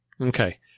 Okay